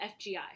FGI